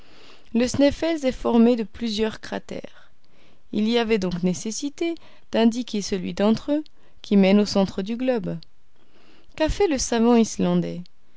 le sneffels est formé de plusieurs cratères il y avait donc nécessité d'indiquer celui d'entre eux qui mène au centre du globe qu'a fait le savant islandais